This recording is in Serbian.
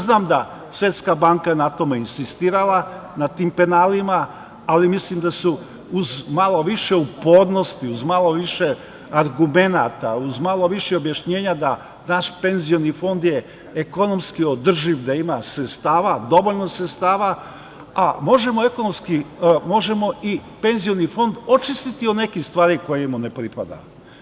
Znam da je Svetska banka na tome insistirala, na tim penalima, ali mislim da uz malo više upornosti, uz malo više argumenata, uz malo više objašnjenja da naš Penzioni fond je ekonomski održiv, da ima dovoljno sredstava, a možemo i Penzioni fond očistiti od nekih stvari koje mu ne pripadaju.